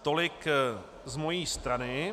Tolik z mojí strany.